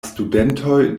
studentoj